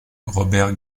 robert